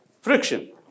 Friction